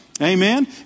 Amen